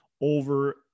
over